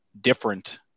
different